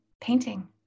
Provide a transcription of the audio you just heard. painting